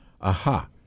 Aha